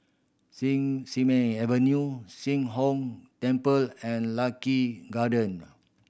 sing Simei Avenue Sheng Hong Temple and Lucky Garden